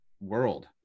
world